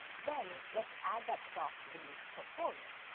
then let's add that stock to the user's portfolio.